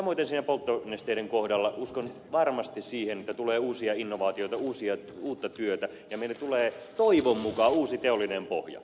samoin siinä polttonesteiden kohdalla uskon varmasti siihen että tulee uusia innovaatioita uutta työtä ja meille tulee toivon mukaan uusi teollinen pohja